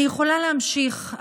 אני יכולה להמשיך,